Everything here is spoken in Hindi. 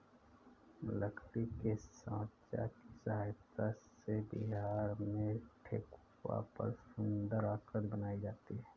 लकड़ी के साँचा की सहायता से बिहार में ठेकुआ पर सुन्दर आकृति बनाई जाती है